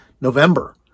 November